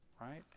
right